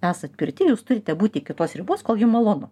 esat pirty jūs turite būti iki tos ribos kol jum malonu